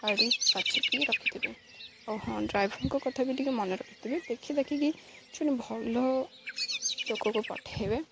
ଗାଡ଼ି ବାଛିିକି ରଖିଥିବେ ଆଉ ହଁ ଡ୍ରାଇଭରଙ୍କ କଥା ବି ଟିକେ ମନେ ରଖିଥିବେ ଦେଖି ଦେଖିକି ଜଣ ଭଲ ଲୋକକୁ ପଠାଇବେ